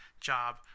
job